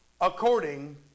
according